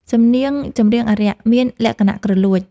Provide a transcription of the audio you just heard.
សំនៀងចម្រៀងអារក្ស មានលក្ខណៈគ្រលួច។